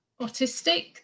autistic